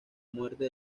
muerte